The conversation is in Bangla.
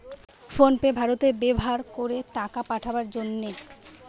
ফোন পে ভারতে ব্যাভার করে টাকা পাঠাবার জন্যে